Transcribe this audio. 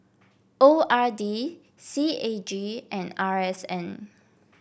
O R D C A G and R S N